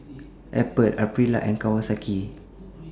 Apple Aprilia and Kawasaki